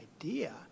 idea